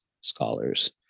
scholars